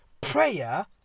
Prayer